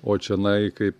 o čionai kaip